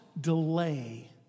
delay